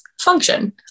function